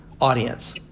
audience